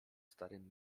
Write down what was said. starym